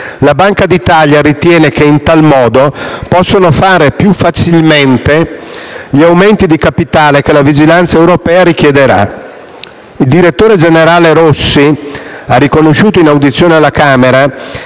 La Banca d'Italia ritiene che, in tal modo, possano fare più facilmente gli aumenti di capitale che la vigilanza europea richiederà. Il direttore generale Rossi ha riconosciuto in audizione alla Camera